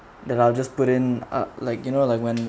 the largest put in ah like you know like when